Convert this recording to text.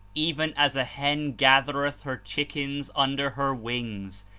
even as a hen gathereth her chickens under her wings,